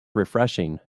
refreshing